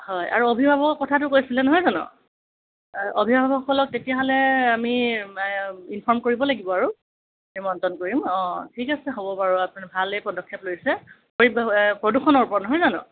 হয় আৰু অভিভাৱকৰ কথাটো কৈছিলে নহয় জানো অভিভাৱকসকলক তেতিয়াহ'লে আমি ইনফৰ্ম কৰিব লাগিব আৰু নিমন্ত্ৰণ কৰিম অঁ ঠিক আছে হ'ব বাৰু আপোনালোকে ভালেই পদক্ষেপ লৈছে প্ৰদূষণৰ ওপৰত নহয় জানো